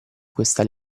questa